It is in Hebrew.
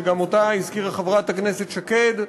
שגם אותה הזכירה חברת הכנסת שקד,